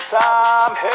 time